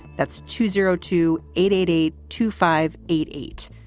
that's two zero two eight eight eight two five eight eight.